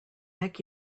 neck